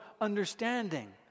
understanding